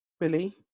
Billy